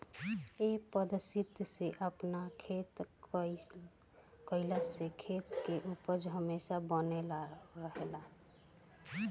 ए पद्धति से आपन खेती कईला से खेत के उपज हमेशा बनल रहेला